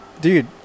dude